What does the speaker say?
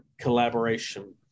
collaboration